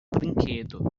brinquedo